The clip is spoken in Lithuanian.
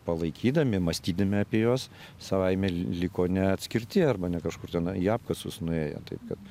palaikydami mąstydami apie juos savaime liko neatskirti arba ne kažkur ten į apkasus nuėję taip kad